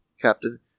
Captain